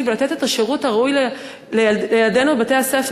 ולתת את השירות הראוי לילדינו בבתי-הספר.